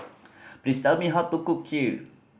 please tell me how to cook Kheer